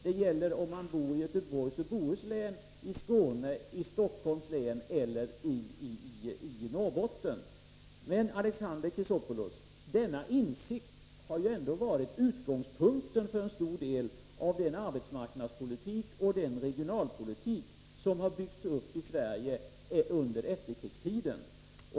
Det gäller om man bor i Göteborgs och Bohus län, i Skåne, i Stockholms län eller i Norrbotten. Men, Alexander Chrisopoulos, denna insikt har ju ändå varit utgångspunkten för en stor del av den arbetsmarknadspolitik och den regionalpolitik som har byggts upp i Sverige under efterkrigstiden.